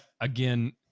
again